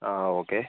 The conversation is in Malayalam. ആ ആ ഓക്കെ